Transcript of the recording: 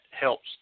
helps